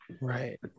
right